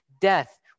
death